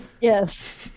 Yes